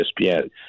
ESPN